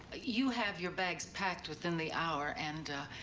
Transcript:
you have your bags packed within the hour, and, ah,